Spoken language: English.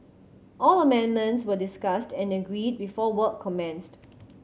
all amendments were discussed and agreed before work commenced